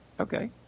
Okay